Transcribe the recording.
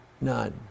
None